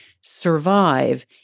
survive